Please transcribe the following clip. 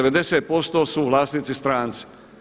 90% su vlasnici stranci.